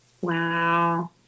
Wow